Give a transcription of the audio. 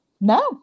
No